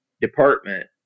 department